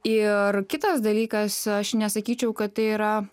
ir kitas dalykas aš nesakyčiau kad tai yra